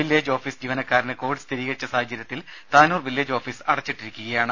village office ജീവനക്കാരന് covid സ്ഥിരീകരിച്ച സാഹചര്യത്തിൽ താനൂർ വില്ലേജ് ഓഫീസ് അടച്ചിട്ടിരിക്കുകയാണ്